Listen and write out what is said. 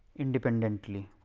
independently.